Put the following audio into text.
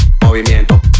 movimiento